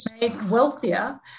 wealthier